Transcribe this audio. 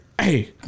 hey